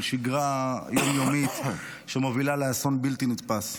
של שגרה יום-יומית שמובילה לאסון בלתי נתפס.